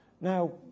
Now